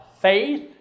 faith